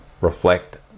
reflect